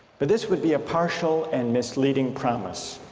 but this would be a partial and misleading promise